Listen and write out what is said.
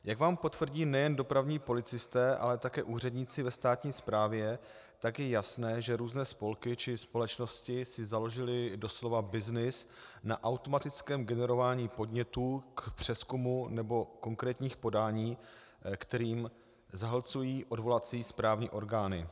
Jak vám potvrdí nejen dopravní policisté, ale také úředníci ve státní správě, je jasné, že různé spolky či společnosti si založily doslova byznys na automatickém generování podnětů k přezkumu nebo konkrétních podání, kterými zahlcují odvolací správní orgány.